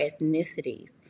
ethnicities